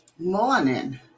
Morning